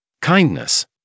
kindness